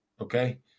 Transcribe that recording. Okay